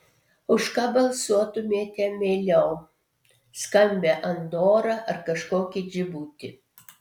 už ką balsuotumėte mieliau skambią andorą ar kažkokį džibutį